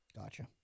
Gotcha